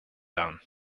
down